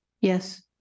Yes